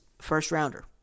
first-rounder